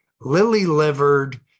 lily-livered